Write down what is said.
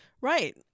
Right